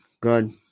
good